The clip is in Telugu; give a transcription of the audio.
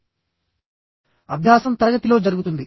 చాలా వరకు అభ్యాసం తరగతి గదుల వెలుపల జరుగుతుంది